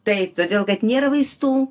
taip todėl kad nėra vaistų